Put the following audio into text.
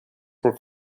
were